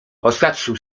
oświadczył